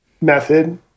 method